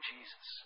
Jesus